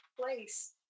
place